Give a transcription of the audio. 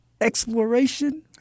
exploration